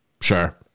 Sure